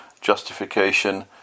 justification